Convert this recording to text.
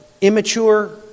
immature